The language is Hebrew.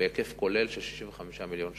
בהיקף כולל של 65 מיליון שקלים.